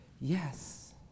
yes